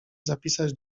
zapisać